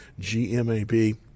GMAB